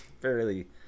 fairly